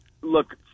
look